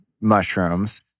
mushrooms